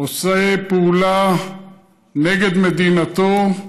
עושה פעולה נגד מדינתו,